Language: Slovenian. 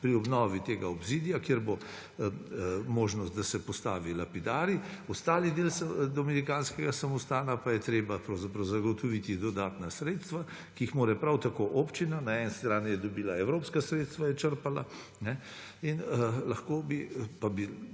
pri obnovi tega obzidja, kjer bo možnost, da se postavi lapidarij, za ostali del dominikanskega samostana pa je treba zagotoviti dodatna sredstva, ki jih mora prav tako občina – na eni strani je dobila evropska sredstva, je črpala – in lahko bi, pa bi